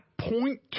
point